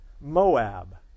Moab